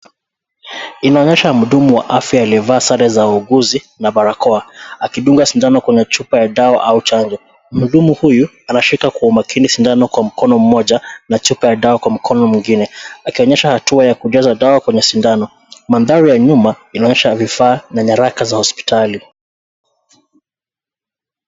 Inaonyesha mhudumu wa afya aliyevaa sare za uuguzi, na barakoa, akidunga sindano kwenye chupa ya dawa au chanjo. Mhudumu huyu, anashika kwa umakini sindano kwa mkono mmoja, na chupa ya dawa kwa mkono mwingine, akionyesha hatua ya kujaza dawa kwenye sindano. Mandhari ya nyuma, inaonyesha vifaa na nyaraka za hospitali.